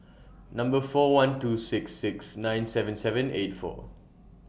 Number four one two six six nine seven seven eight four